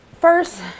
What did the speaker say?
first